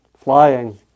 flying